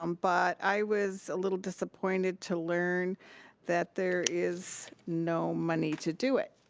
um but i was a little disappointed to learn that there is no money to do it.